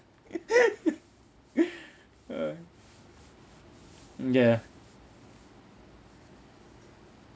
ah ya